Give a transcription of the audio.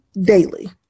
daily